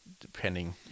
Depending